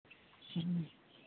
ᱦᱮᱸ